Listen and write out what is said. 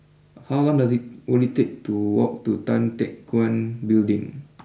how long does it will it take to walk to Tan Teck Guan Building